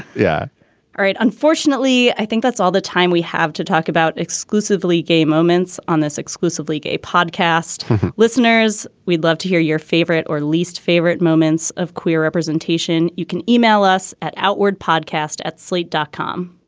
yeah all right. unfortunately, i think that's all the time we have to talk about exclusively gay moments on this exclusively gay podcast listeners. we'd love to hear your favorite or least favorite moments of queer representation. you can email us at outward podcast at slate dot com,